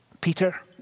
Peter